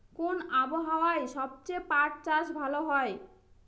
কোন আবহাওয়ায় সবচেয়ে পাট চাষ ভালো হয়?